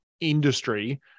industry